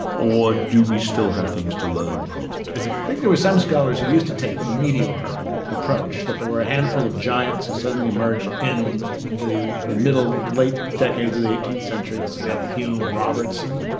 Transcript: or do we still have things to learn from it? i think there were some scholars who used to take the meteor approach, that there were a handful of giants who suddenly emerged in the ah middle, late decades of the eighteenth century, smith, hume, robertson,